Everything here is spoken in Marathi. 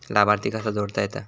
लाभार्थी कसा जोडता येता?